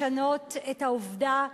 לשנות את העובדה,